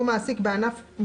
אתם צריכים להעלות את התקרות.